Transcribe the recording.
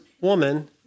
woman